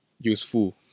useful